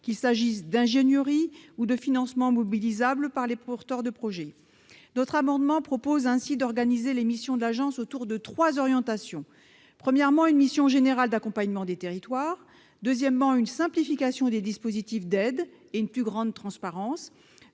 qu'il s'agisse d'ingénierie ou de financements mobilisables par les porteurs de projets. Notre amendement vise ainsi à organiser les missions de l'agence autour de trois orientations : premièrement, une mission générale d'accompagnement des territoires ; deuxièmement, une simplification des dispositifs d'aide et une plus grande transparence